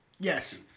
Yes